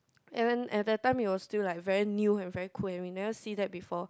and then at that time it was still like very new and very cool and we never see that before